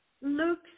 Luke